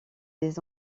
des